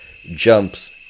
jumps